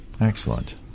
excellent